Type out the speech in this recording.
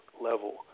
level